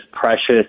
precious